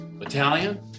Italian